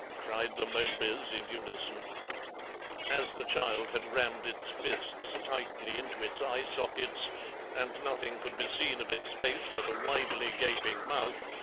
cried the momebys in unison as the child had rammed its fists tightly into its eye-sockets and nothing could be seen of its face but a widely gaping mouth,